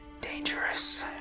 dangerous